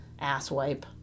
asswipe